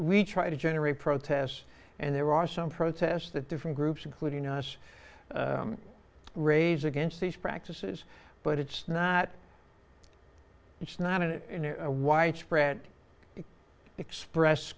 we try to generate protests and there are some protests that different groups including us raise against these practices but it's not it's not a white spread express